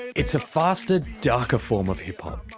it's a faster, darker form of hip-hop.